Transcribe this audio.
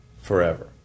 forever